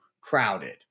crowded